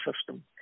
system